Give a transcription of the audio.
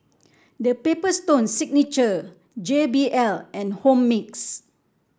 The Paper Stone Signature J B L and Home Fix